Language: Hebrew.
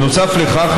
בנוסף לכך,